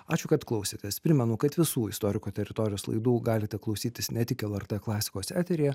ačiū kad klausėtės primenu kad visų istoriko teritorijos laidų galite klausytis ne tik lrt klasikos eteryje